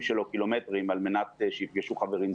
שלו קילומטרים על מנת שיפגשו חברים.